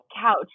couch